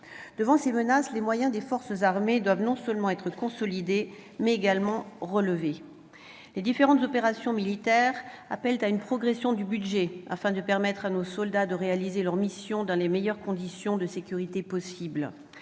Devant ces menaces, les moyens des forces armées doivent non seulement être consolidés, mais également relevés. Les différentes opérations militaires en cours appellent une progression du budget, afin de permettre à nos soldats de réaliser leurs missions dans les meilleures conditions de sécurité possible.